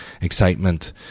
excitement